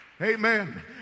Amen